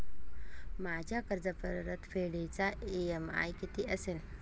माझ्या कर्जपरतफेडीचा इ.एम.आय किती असेल?